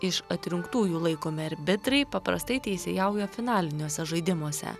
iš atrinktųjų laikomi arbitrai paprastai teisėjauja finaliniuose žaidimuose